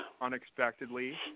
unexpectedly